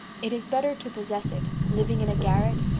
it is better to possess it, living in a garret,